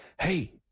Hey